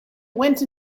went